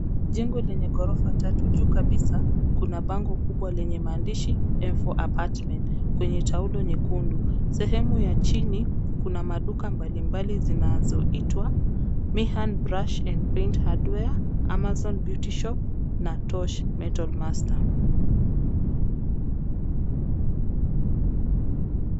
Jengo lenye ghorofa tatu. Juu kabisa kuna bango kubwa lenye maandishi M4 Apartments kwenye taulo nyekundu. Sehemu ya chini kuna maduka mbalimbali zinazoitwa Mihan Brush and Paint Hardware, Amazon Beauty shop na Tosh Metal Master.